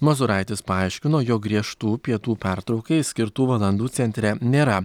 mozuraitis paaiškino jog griežtų pietų pertraukai skirtų valandų centre nėra